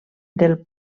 del